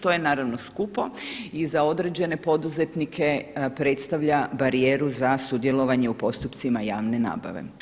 To je naravno skupo i za određene poduzetnike predstavlja barijeru za sudjelovanje u postupcima javne nabave.